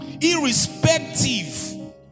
irrespective